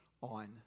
on